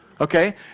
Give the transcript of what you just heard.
Okay